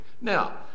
Now